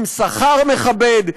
עם שכר מכבד,